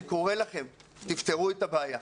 אני קורא לכם, תפתרו את הבעיה.